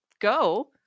Go